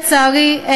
לצערי,